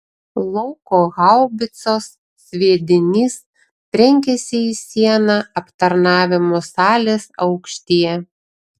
lauko haubicos sviedinys trenkėsi į sieną aptarnavimo salės aukštyje